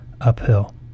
uphill